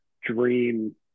dream